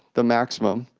the maximum,